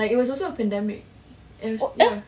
like it was also a pandemic and ya